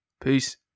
Peace